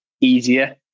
easier